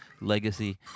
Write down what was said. legacy